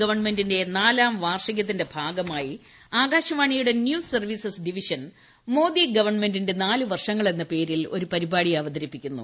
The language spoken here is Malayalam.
ഗവൺമെന്റിന്റെ നാലാം വാർഷികത്തിന്റെ ഭാഗമായി ആകാശവാണിയുടെ ന്യൂസ് സർവ്വീസസ് ഡിവിഷൻ മോദി ഗവൺമെന്റിന്റെ നാല് വർഷങ്ങൾ എന്ന പേരിൽ ഒരു പരിപാടി അവതരിപ്പിക്കുന്നു